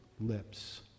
lips